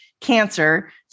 cancer